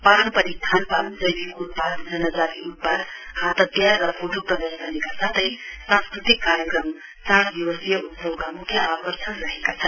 पारम्परिक खानपान जैविक उत्पाद जनजाति उत्पादहात हतियार र फोटो प्रदशनीका साथै सांस्कृतिक कार्यक्रम चार दिवसीय उत्सवका मुख्य आकर्षण रहेका छन्